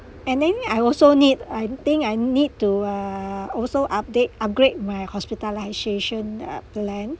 and then I also need I think I need to uh also update upgrade my hospitalisation ugh plan